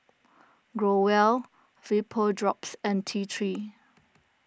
Growell Vapodrops and T three